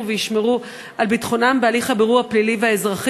לא ייתכן כי בשנת 2014 הרשויות יאלצו את